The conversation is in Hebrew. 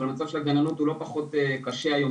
אבל המצב של הגננות הוא לא פחות קשה היום,